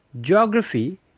geography